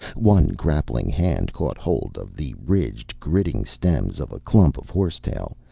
one grappling hand caught hold of the ridged, gritting stems of a clump of horsetail,